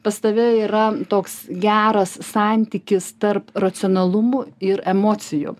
pas tave yra toks geras santykis tarp racionalumų ir emocijų